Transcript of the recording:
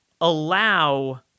allow